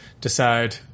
decide